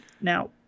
now